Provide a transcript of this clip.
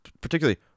particularly